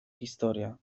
historia